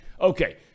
Okay